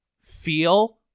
feel